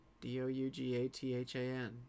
d-o-u-g-a-t-h-a-n